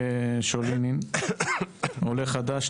עולה חדש.